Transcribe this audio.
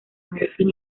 martín